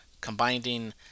combining